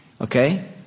Okay